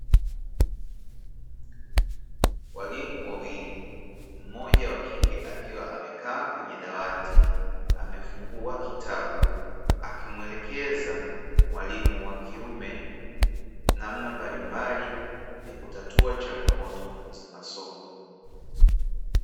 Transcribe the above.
Walimu wawili, mmoja wakike akiwa amekaa kwenye dawati, amefungua kitabu akimuelekeza mwalimu wa kiume namna mbalimbali ya kutatua changamoto za masomo.